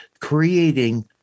creating